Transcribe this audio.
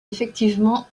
effectivement